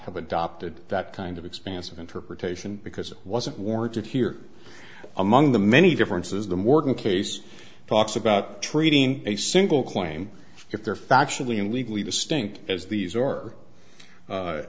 have adopted that kind of expansive interpretation because it wasn't warranted here among the many differences the morgan case talks about treating a single claim if they are factually and legally distinct as these are